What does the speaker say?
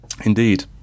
Indeed